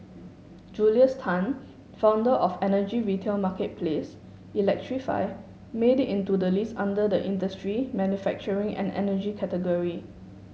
Julius Tan founder of energy retail marketplace electrify made it into the list under the industry manufacturing and energy category